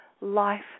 life